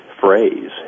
phrase